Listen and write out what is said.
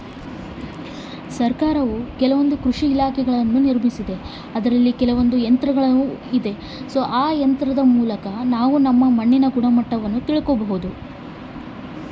ಮಣ್ಣಿನ ಗುಣಮಟ್ಟ ಹೆಂಗೆ ತಿಳ್ಕೊಬೇಕು?